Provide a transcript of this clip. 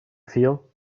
feel